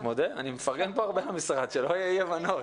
אני מפרגן פה הרבה למשרד, שלא יהיו אי הבנות.